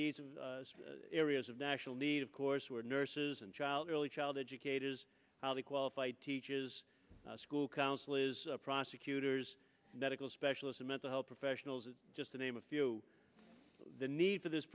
needs of areas of national need of course were nurses and child early child educators highly qualified teaches a school counselor is a prosecutor's medical specialist in mental health professionals just to name a few the need for this